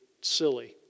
silly